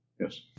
Yes